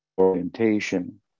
orientation